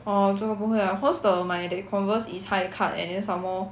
orh 这个不会 ah cause the my that Converse is high cut and then some more